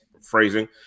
phrasing